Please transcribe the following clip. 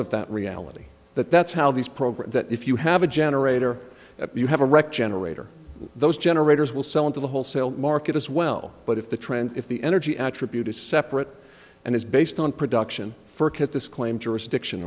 of that reality that that's how these programs that if you have a generator you have a wreck generator those generators will sell into the wholesale market as well but if the trend if the energy attribute is separate and is based on production for kids this claim jurisdiction